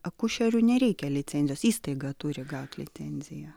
akušeriui nereikia licencijos įstaiga turi gauti licenciją